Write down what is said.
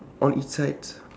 on each side